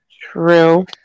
true